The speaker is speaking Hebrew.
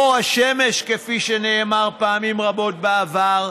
אור השמש, כפי שנאמר פעמים רבות בעבר,